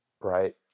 right